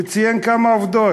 הוא ציין כמה עובדות,